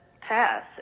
pass